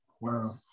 wow